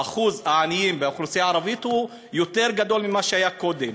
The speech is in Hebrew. אחוז העניים באוכלוסייה הערבית הוא יותר גדול ממה שהיה קודם.